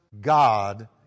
God